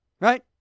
Right